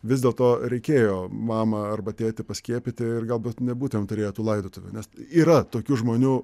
vis dėlto reikėjo mamą arba tėtį paskiepyti ir galbūt nebūtumėme turėję tų laidotuvių nes yra tokių žmonių